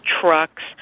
trucks